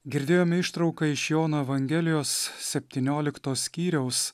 girdėjome ištrauką iš jono evangelijos septyniolikto skyriaus